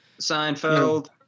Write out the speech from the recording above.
Seinfeld